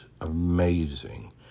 Amazing